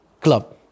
club